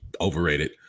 overrated